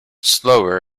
slower